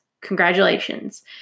Congratulations